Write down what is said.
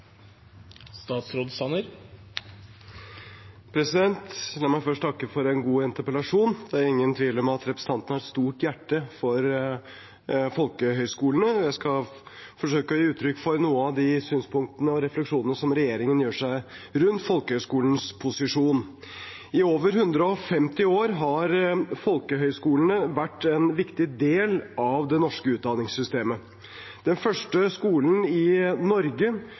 ingen tvil om at representanten har et stort hjerte for folkehøyskolene. Jeg skal forsøke å gi uttrykk for noen av de synspunktene og refleksjonene som regjeringen gjør seg rundt folkehøyskolenes posisjon. I over 150 år har folkehøyskolene vært en viktig del av det norske utdanningssystemet. Den første skolen i Norge